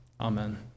Amen